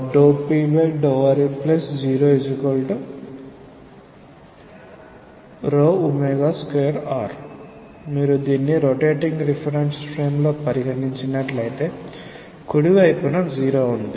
∂p∂r02r మీరు దీన్ని rotating reference ఫ్రేమ్లో పరిగణించినట్లయితే కుడి వైపున జీరో ఉంటుంది